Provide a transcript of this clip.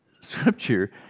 scripture